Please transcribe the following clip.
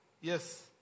Yes